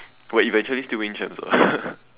but eventually still win champs ah